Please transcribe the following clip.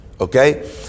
Okay